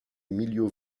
emilio